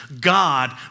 God